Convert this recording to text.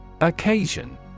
Occasion